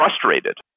frustrated